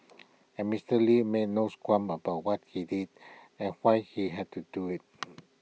and Mister lee made no qualms about what he did and why he had to do IT